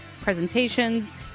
presentations